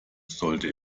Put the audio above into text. sollte